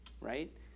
right